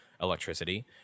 electricity